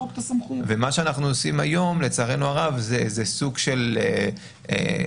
מה שאנחנו עושים היום, לצערנו הרב, זה סוג של מעקף